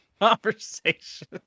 Conversation